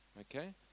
Okay